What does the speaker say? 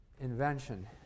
invention